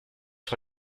sur